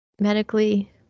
Medically